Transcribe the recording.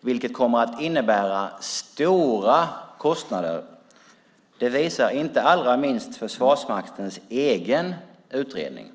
vilket kommer att innebära stora kostnader. Det visar inte allra minst Försvarsmaktens egen utredning.